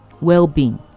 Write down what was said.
well-being